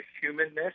humanness